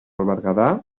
berguedà